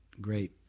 great